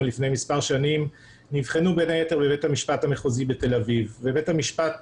לפני מספר שנים נבחנו בין היתר בבית המשפט המחוזי בתל אביב ובית המשפט